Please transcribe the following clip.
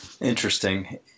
Interesting